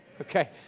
Okay